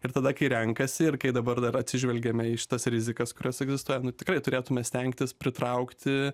ir tada kai renkasi ir kai dabar dar atsižvelgiame į šitas rizikas kurios egzistuoja tikrai turėtume stengtis pritraukti